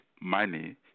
money